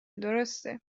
درسته